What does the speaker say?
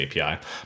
API